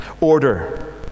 Order